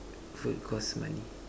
food cost money